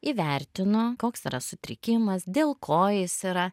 įvertinu koks yra sutrikimas dėl ko jis yra